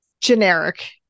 generic